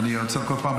אני עוצר כל פעם.